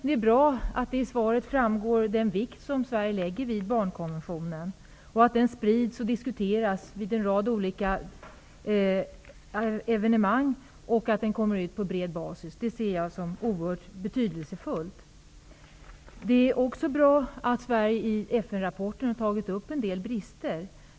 Det är bra att det av svaret framgår den vikt som Sverige lägger vid barnkonventionen och att den sprids och diskuteras vid en rad olika evenemang och kommer ut på bred basis. Det ser jag som oerhört betydelsefullt. Det är också bra att Sverige i FN-rapporten tagit upp en del brister.